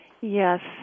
Yes